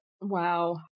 Wow